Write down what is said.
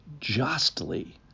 justly